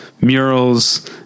murals